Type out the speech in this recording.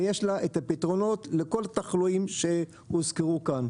ויש לה את הפתרונות לכל התחלואים שהוזכרו כאן.